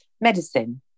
medicine